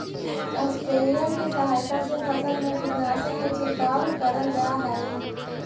sprayer के सहायता से फसल में कीटनाशक के छिड़काव करल जा हई